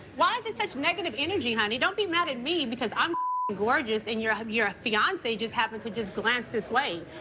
why is there such negative energy, honey? don't be mad at me because i'm gorgeous and your um your fiance just happened to just glance this way.